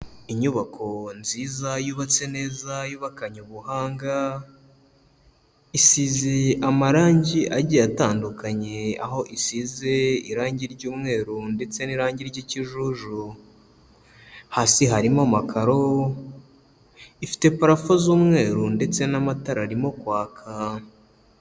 Inyubako nziza yubatse neza yubakanye ubuhanga, isize amarangi agiye atandukanye aho isize irangi ry'umweru ndetse n'irangi ry'ikijuju, hasi harimo amakaro, ifite parafo z'umweru ndetse n'amatara arimo kwaka.